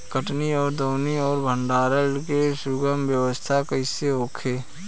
कटनी और दौनी और भंडारण के सुगम व्यवस्था कईसे होखे?